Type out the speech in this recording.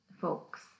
folks